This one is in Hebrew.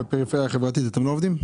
בפריפריה החברתית אתם לא עובדים?